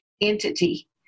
entity